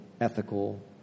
ethical